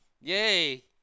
Yay